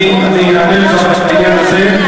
אני אענה לך בעניין הזה.